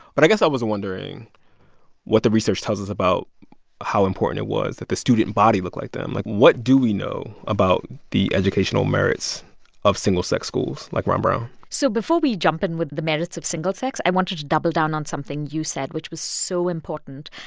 but i guess i was wondering what the research tells us about how important it was that the student body looked like them. like, what do we know about the educational merits of single-sex schools like ron brown? so before we jump in with the merits of single-sex, i wanted to double down on something you said which was so important.